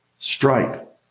Stripe